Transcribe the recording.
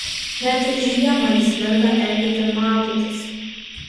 net ir žiemą jis lenda eketėn maudytis